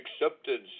Acceptance